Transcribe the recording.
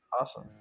Awesome